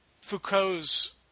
Foucault's